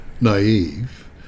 naive